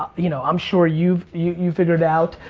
you know, i'm sure you've you've figured out,